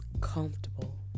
Comfortable